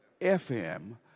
FM